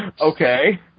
okay